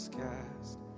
cast